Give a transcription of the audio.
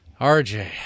RJ